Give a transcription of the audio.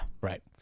Right